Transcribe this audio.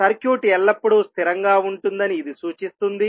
circuit ఎల్లప్పుడూ స్థిరంగా ఉంటుందని ఇది సూచిస్తుంది